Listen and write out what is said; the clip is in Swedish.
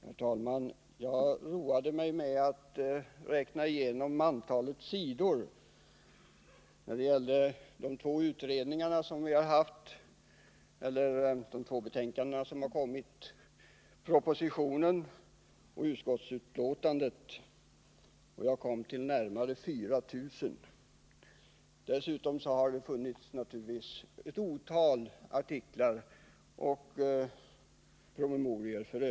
Herr talman! Jag har roat mig med att räkna antalet sidor i de två utredningsbetänkanden som avlämnats och i propositionen och utskottsbetänkandet, och jag har kommit till närmare 4 000 sidor. Dessutom har naturligtvis skrivits ett antal artiklar och promemorior.